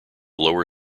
lower